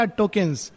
tokens